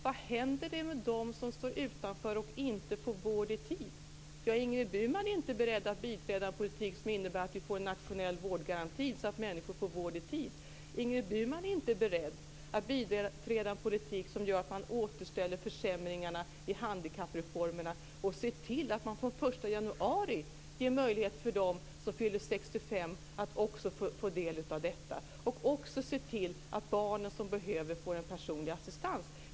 Vad händer med dem som står utanför och inte får vård i tid? Ingrid Burman är inte beredd att biträda en politik som innebär att vi får en nationell vårdgaranti, så att människor får vård i tid. Ingrid Burman är inte beredd att biträda en politik som innebär att man återställer försämringarna i handikappreformen och från den 1 januari också ger dem som fyller 65 möjlighet att få del av reformen, och som innebär att man ger de barn som behöver det en personlig assistans.